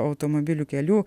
automobilių kelių